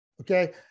Okay